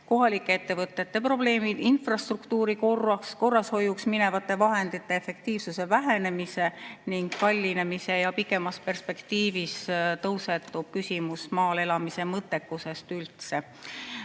kohalike ettevõtete probleemid, infrastruktuuri korrashoiuks minevate vahendite efektiivsuse vähenemise ja kallinemise ning pikemas perspektiivis tõusetub küsimus maal elamise mõttekusest üldse.